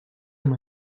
amb